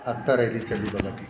आत्ता रॅली चालली बघा ती